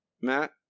Matt